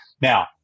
Now